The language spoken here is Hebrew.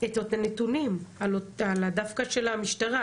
את הנתונים על המשטרה,